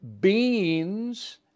beans